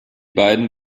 beiden